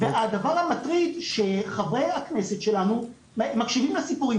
הדבר המטריד שחברי הכנסת שלנו מקשיבים לסיפורים,